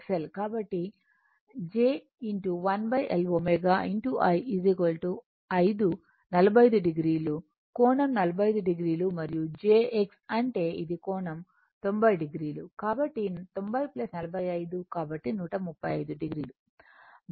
కాబట్టి j1 L ω I 5 45 o కోణం 45 o మరియు j X అంటే ఇది కోణం 90 o కాబట్టి 90 45 కాబట్టి 135 o